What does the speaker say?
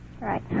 Right